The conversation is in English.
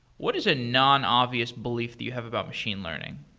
what is a non-obvious belief that you have about machine learning?